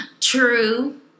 True